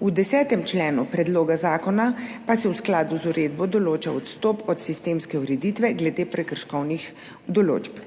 V 10. členu predloga zakona pa se v skladu z uredbo določa odstop od sistemske ureditve glede prekrškovnih določb.